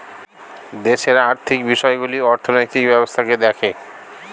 দেশের আর্থিক বিষয়গুলো অর্থনৈতিক ব্যবস্থাকে দেখে